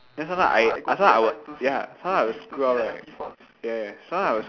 then sometimes I sometimes I would ya sometimes I would screw up right ya ya ya sometimes I would